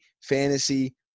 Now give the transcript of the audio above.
fantasy